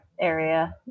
area